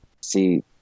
see